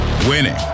Winning